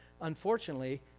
unfortunately